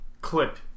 clip